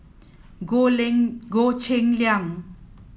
Goh Lin Goh Cheng Liang